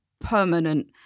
permanent